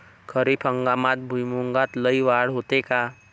खरीप हंगामात भुईमूगात लई वाढ होते का?